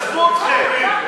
עזבו אתכם.